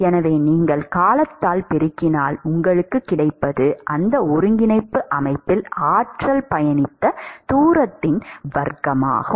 எனவே நீங்கள் காலத்தால் பெருக்கினால் உங்களுக்குக் கிடைப்பது அந்த ஒருங்கிணைப்பு அமைப்பில் ஆற்றல் பயணித்த தூரத்தின் வர்க்கமாகும்